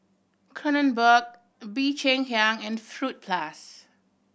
Kronenbourg Bee Cheng Hiang and Fruit Plus